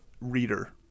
reader